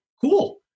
cool